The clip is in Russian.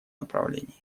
направлении